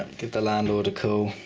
give the landlord a call.